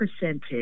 percentage